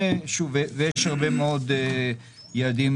יש הרבה מאוד יעדים